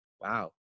wow